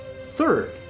Third